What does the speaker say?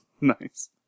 Nice